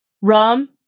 rum